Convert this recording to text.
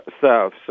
south